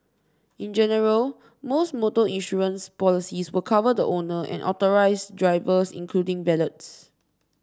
in general most motor insurance policies will cover the owner and authorised drivers including valets